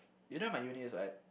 you know my Uni is at